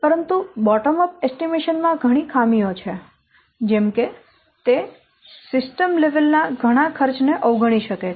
પરંતુ bottom up અંદાજ માં ઘણી ખામીઓ છે જેમ કે તે સિસ્ટમ સ્તર ના ઘણા ખર્ચ ને અવગણી શકે છે